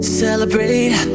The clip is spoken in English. celebrate